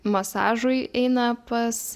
masažui eina pas